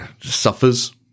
suffers